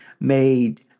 made